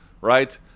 right